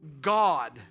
God